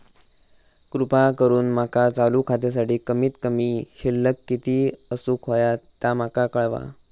कृपा करून माका चालू खात्यासाठी कमित कमी शिल्लक किती असूक होया ते माका कळवा